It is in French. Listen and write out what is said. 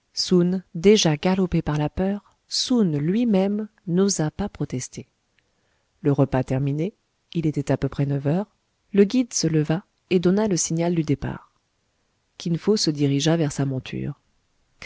déjà galopé par la peur soun lui-même n'osa pas protester le repas terminé il était à peu près neuf heures le guide se leva et donna le signal du départ kin fo se dirigea vers sa monture